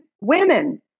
Women